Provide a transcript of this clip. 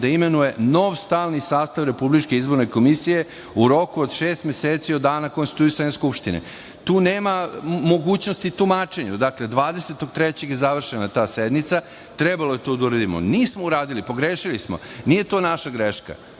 da imenuje nov stalni sastav RIK-a u roku od šest meseci od dana konstituisanja Skupštine. Tu nema mogućnosti tumačenju. Dakle, 20. marta je završena ta sednica. Trebalo je to da uradimo. Nismo uradili. Pogrešili smo. Nije to naša greška.